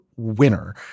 Winner